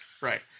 Right